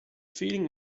feeling